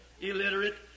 illiterate